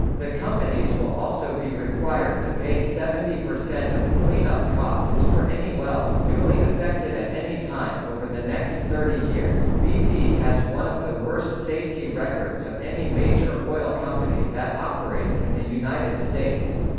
the companies will also be required to pay seventy percent of cleanup costs for any wells newly affected at any time over the next thirty years bp has one of the worst safety records of any major oil company that operates in the united states.